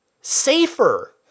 safer